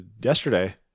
yesterday